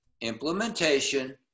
implementation